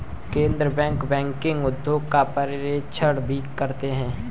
केन्द्रीय bank banking उद्योग का पर्यवेक्षण भी करते हैं